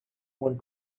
want